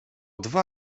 dwa